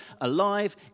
alive